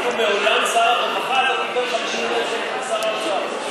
כאילו מעולם שר הרווחה לא קיבל 50 מיליון שקל משר האוצר.